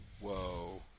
Whoa